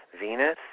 Venus